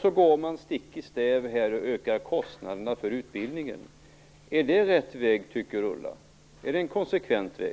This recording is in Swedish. Så går man stick i stäv mot detta och ökar kostnaderna för utbildningen. Tycker Ulla Rudin att det är rätt väg? Är det en konsekvent väg?